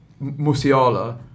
Musiala